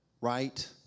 right